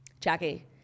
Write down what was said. Jackie